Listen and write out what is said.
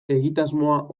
egitasmoa